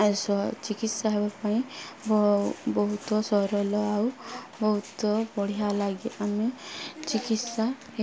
ଚିକିତ୍ସା ହେବା ପାଇଁ ବହୁତ ସରଲ ଆଉ ବହୁତ ବଢ଼ିଆ ଲାଗେ ଆମେ ଚିକିତ୍ସା